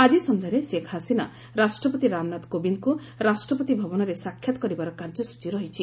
ଆକି ସନ୍ଧ୍ୟାରେ ସେଖ୍ ହସିନା ରାଷ୍ଟ୍ରପତି ରାମନାଥ କୋବିନ୍ଦଙ୍କୁ ରାଷ୍ଟ୍ରପତି ଭବନରେ ସାକ୍ଷାତ୍ କରିବାର କାର୍ଯ୍ୟସ୍ଚୀ ରହିଛି